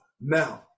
Now